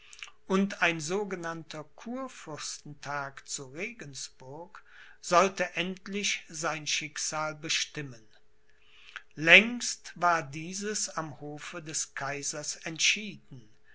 und ein sogenannter kurfürstentag zu regensburg sollte endlich sein schicksal bestimmen längst war dieses am hofe des kaisers entschieden